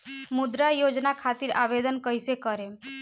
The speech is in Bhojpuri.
मुद्रा योजना खातिर आवेदन कईसे करेम?